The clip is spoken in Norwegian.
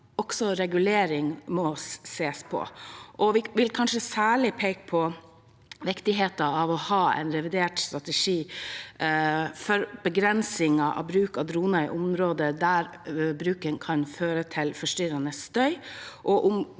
også at regulering må ses på. Vi vil kanskje særlig peke på viktigheten av å ha en revidert strategi for begrensninger i bruk av droner i områder der bruken kan føre til forstyrrende støy,